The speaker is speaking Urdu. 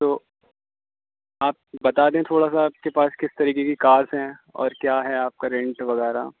تو آپ بتا دیں تھوڑا سا آپ کے پاس کس طرح کی کارس ہیں اور کیا ہے آپ کا رینج وغیرہ